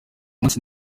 munsi